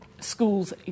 schools